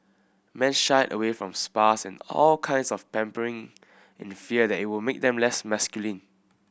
men shied away from spas and all kinds of pampering in fear that it would make them less masculine